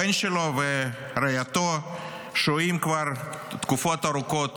הבן שלו ורעייתו שוהים כבר תקופות ארוכות